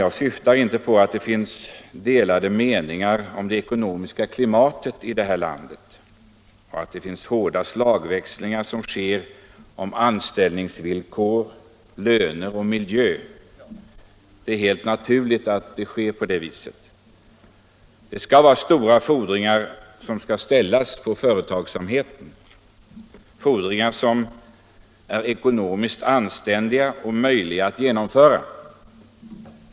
Jag syftar inte på att det finns delade meningar om det ekonomiska klimatet i vårt land och att det förekommer hårda slagväxlingar om anställningsvillkor, löner och miljö. Det är helt naturligt att det är på det sättet. Stora fordringar skall ställas på företagsamheten —- fordringar som är ekonomiskt anständiga och möjliga att uppfylla.